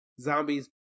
zombies